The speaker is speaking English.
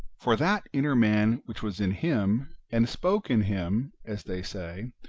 for that inner man which was in him, and spoke in him, as they say,